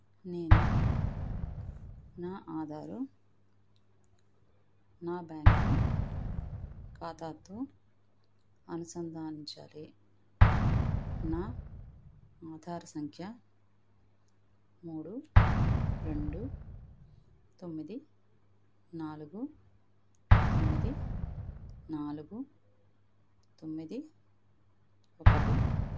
నేను నా ఆధారు నా బ్యాంకు ఖాతాతో అనుసంధానించాలి నా ఆధార్ సంఖ్య మూడు రెండు తొమ్మిది నాలుగు తొమ్మిది నాలుగు తొమ్మిది ఒకటి